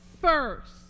first